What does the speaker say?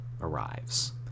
arrives